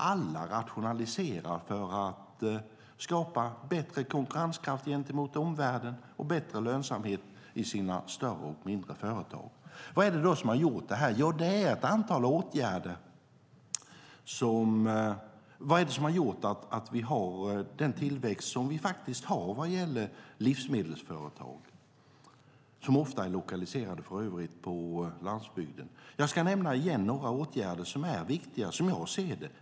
Alla rationaliserar för att skapa bättre konkurrenskraft gentemot omvärlden och bättre lönsamhet i sina större och mindre företag. Vad är det då som har gjort att vi har den tillväxt som vi faktiskt har i livsmedelsföretagen, som för övrigt ofta är lokaliserade till landsbygden? Jag ska igen nämna några åtgärder som är viktiga, som jag ser det.